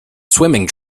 swimming